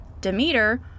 Demeter